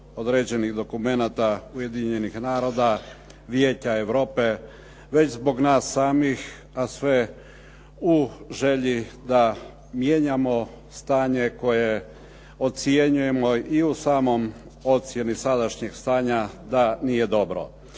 određenih dokumenata ujedinjenih naroda, Vijeća Europe, već zbog nas samih, a sve u želji da mijenjamo stanje koje ocjenjujemo i u samoj ocjeni sadašnjeg stanja da nije dobro.